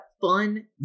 fun